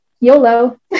YOLO